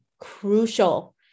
crucial